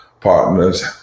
partners